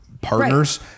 partners